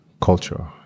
culture